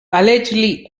allegedly